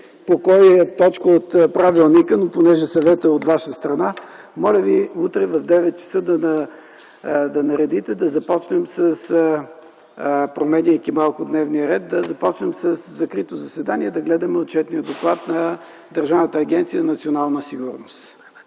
по коя точка от правилника, но понеже съветът е от Ваша страна, моля Ви утре в 9,00 ч. да наредите, променяйки малко дневния ред, да започнем със закрито заседание и да гледаме Отчетния доклад на Държавна агенция „Национална сигурност”.